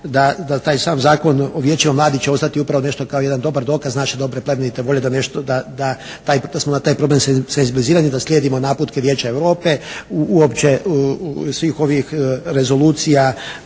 da taj sam Zakon o Vijećima mladih će ostati upravo nešto kao jedan dobar dokaz naše dobre i plemenite volje da nešto, da na taj problem smo bazirani, da sljedimo naputke Vijeća Europe, uopće svih ovih rezolucija,